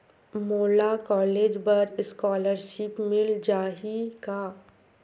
मोला कॉलेज बर स्कालर्शिप मिल जाही का?